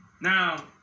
Now